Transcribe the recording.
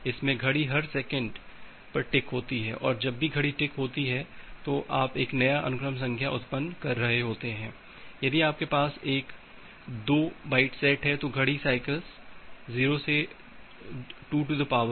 इसमें घड़ी हर 4 माइक्रोसेकंड पर टिक होती है और जब भी घड़ी टिक होती है तो आप एक नया अनुक्रम संख्या उत्पन्न कर रहे होते हैं यदि आपके पास एक 2 का बाइट सेट है तो घड़ी की साईकलस 0 से 232 1 होंगे